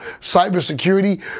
cybersecurity